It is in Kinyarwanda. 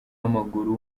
w’amaguru